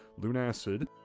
Lunacid